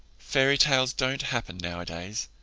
fairy tales don't happen nowadays.